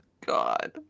God